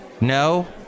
no